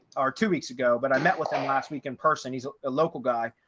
or two weeks ago, but i met with him last week in person, he's a local guy,